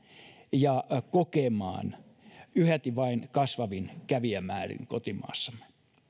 ja kokemaan yhäti vain kasvavin kävijämäärin kotimaassamme